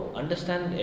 understand